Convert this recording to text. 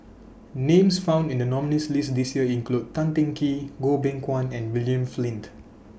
Names found in The nominees' list This Year include Tan Teng Kee Goh Beng Kwan and William Flint